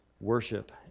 worship